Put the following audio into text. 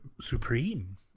supreme